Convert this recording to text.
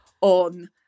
on